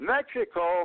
Mexico